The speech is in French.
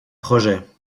projet